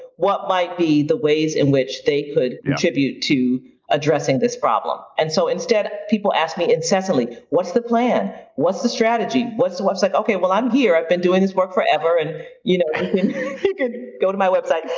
what might be the ways in which they could contribute to addressing this problem? and so instead, people ask me incessantly, what's the plan? what's the strategy? what's the website? okay, well, i'm here. i've been doing this work forever. and you can go to my website.